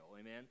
amen